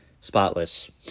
Spotless